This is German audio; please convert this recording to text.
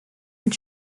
und